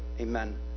amen